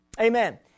Amen